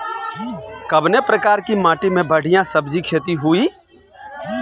कवने प्रकार की माटी में बढ़िया सब्जी खेती हुई?